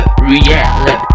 Reality